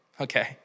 Okay